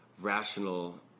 rational